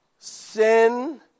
sin